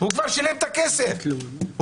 הוא כבר שילם את הכסף כי